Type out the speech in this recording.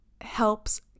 helps